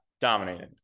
Dominated